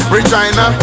Regina